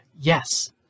yes